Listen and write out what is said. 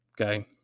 okay